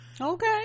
okay